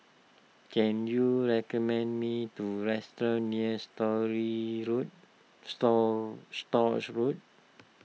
can you recommend me restaurant near Story Road Store Stores Road